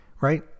right